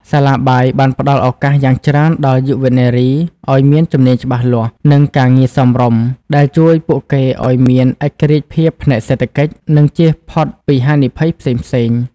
សាលាបាយបានផ្តល់ឱកាសយ៉ាងច្រើនដល់យុវនារីឱ្យមានជំនាញច្បាស់លាស់ និងការងារសមរម្យ ដែលជួយពួកគេឱ្យមាន ឯករាជ្យភាពផ្នែកសេដ្ឋកិច្ច និងចៀសផុតពីហានិភ័យផ្សេងៗ។